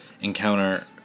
encounter